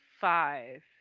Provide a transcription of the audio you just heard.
five